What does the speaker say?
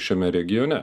šiame regione